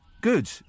Good